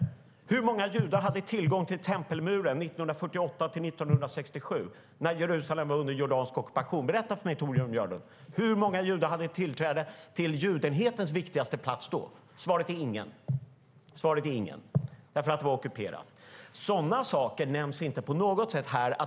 Men hur många judar hade tillgång till tempelmuren 1948-1967 när Jerusalem var under jordansk ockupation? Berätta för mig, Torbjörn Björlund: Hur många judar hade tillträde till judendomens viktigaste plats då? Svaret är ingen, därför att platsen var ockuperad. Sådana saker nämns inte på något sätt här.